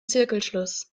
zirkelschluss